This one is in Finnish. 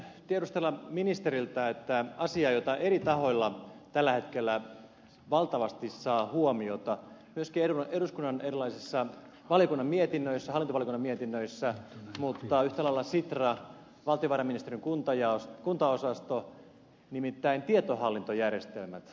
haluaisin tiedustella ministeriltä asiaa joka eri tahoilla tällä hetkellä valtavasti saa huomiota myöskin eduskun nan erilaisissa hallintovaliokunnan mietinnöissä mutta yhtä lailla sitrassa ja valtiovarainministeriön kuntaosastossa nimittäin tietohallintojärjestelmät